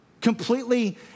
completely